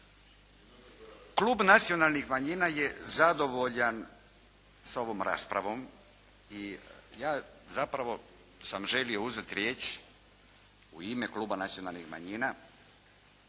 Klub nacionalnih manjina je zadovoljan sa ovom raspravom i ja zapravo sam želio uzeti riječ u ime Kluba nacionalnih manjina